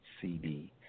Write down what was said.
CD